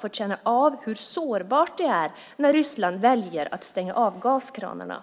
fått känna av hur sårbart det är när Ryssland väljer att stänga av gaskranarna.